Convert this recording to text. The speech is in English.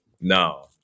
no